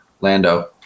lando